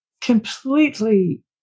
completely